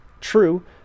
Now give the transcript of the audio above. True